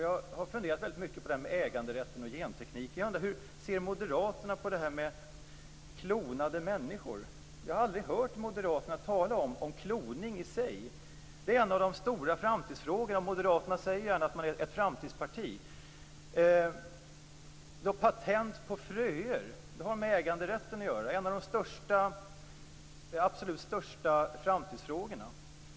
Jag har funderat väldigt mycket på detta med äganderätten och gentekniken. Jag undrar hur Moderaterna ser på detta med klonade människor. Jag har aldrig hört Moderaterna tala om kloning i sig. Det är en av de stora framtidsfrågorna, och Moderaterna säger ju gärna att man är ett framtidsparti. Patent på fröer har med äganderätten att göra. Det är en av de absolut största framtidsfrågorna.